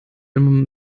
wenn